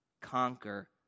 conquer